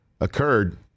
occurred